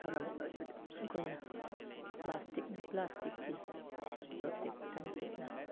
ꯊꯧꯔꯝ ꯑꯗꯨꯗ ꯑꯩꯈꯣꯏꯅ ꯄ꯭ꯂꯥꯁꯇꯤꯛꯅ ꯄ꯭ꯂꯥꯁꯇꯤꯛꯀꯤ ꯌꯣꯠꯇꯦꯛ ꯊꯥꯡꯇꯦꯛꯅ